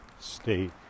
state